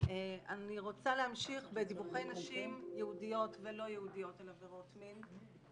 אני רוצה להמשיך בדיווחי נשים יהודיות ולא יהודיות על עבירות מין.